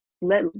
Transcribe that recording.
let